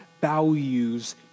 values